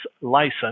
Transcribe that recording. License